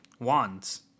wands